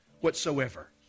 whatsoever